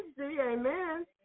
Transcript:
Amen